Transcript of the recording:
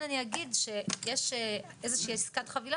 כן אני אגיד שיש איזו שהיא עסקת חבילה